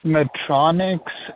Medtronics